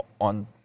on